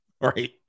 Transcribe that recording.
Right